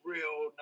Real